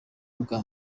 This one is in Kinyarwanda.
ubwa